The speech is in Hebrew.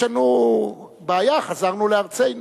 יש לנו בעיה, חזרנו לארצנו,